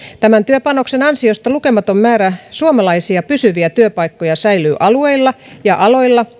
tämän työpanoksen ansiosta lukematon määrä suomalaisia pysyviä työpaikkoja säilyy alueilla ja aloilla